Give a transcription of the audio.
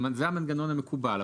זה המנגנון המקובל.